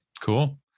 Cool